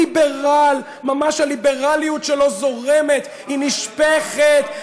הוא ליברל, ממש הליברליות שלו זורמת, היא נשפכת.